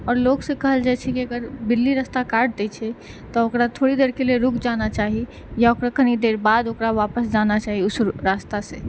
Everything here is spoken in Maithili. आओर लोकसँ कहल जाइ छै कि अगर बिल्ली रस्ता काटि दै छै तऽ ओकरा थोड़ी देरके लिए रुकि जाना चाही या ओकरा कनी देर बाद ओकरा वापस जाना चाही उस रास्तासँ